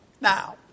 now